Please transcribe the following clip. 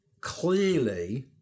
clearly